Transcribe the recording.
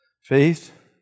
Faith